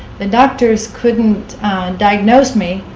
the doctors couldn't diagnose me,